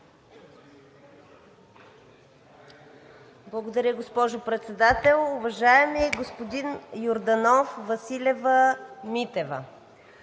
Благодаря, госпожо Председател. Уважаеми господин Йорданов, госпожо Василева,